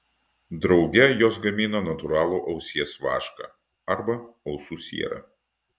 drauge jos gamina natūralų ausies vašką arba ausų sierą